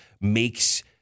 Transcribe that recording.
makes –